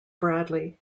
bradley